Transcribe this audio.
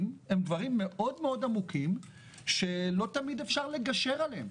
הם דברים מאוד מאוד עמוקים שלא תמיד אפשר לגשר עליהם.